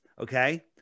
Okay